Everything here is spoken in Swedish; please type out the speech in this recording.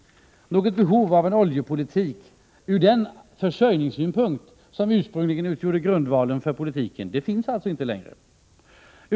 Något behov av en oljepolitik från den försörjningssynpunkt som ursprungligen utgjorde grundvalen för politiken finns alltså inte längre.